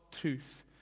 truth